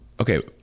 okay